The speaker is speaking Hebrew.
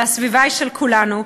הסביבה היא של כולנו,